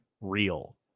real